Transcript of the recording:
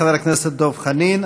חבר הכנסת דב חנין,